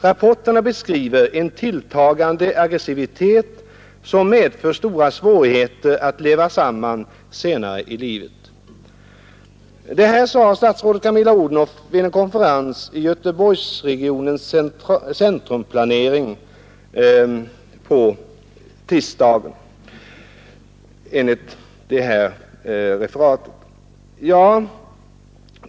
Rapporterna beskriver en tilltagande aggressivitet som medför stora svårigheter att leva samman senare i livet.” Enligt nämnda tidningsreferat sade statsrådet Camilla Odhnoff detta vid en konferens om Göteborgsregionens centrumplanering tisdagen den 14 mars.